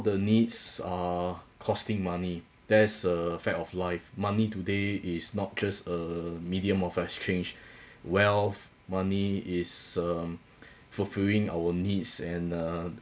the needs are costing money that's a fact of life money today is not just a medium of exchange wealth money is um fulfilling our needs and uh